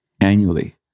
annually